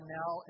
now